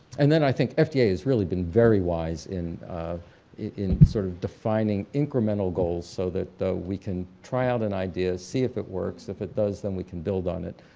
and then i think fda has really been very wise in in sort of defining incremental goals so that the we can try out an idea see if it works if it does then we can build on it.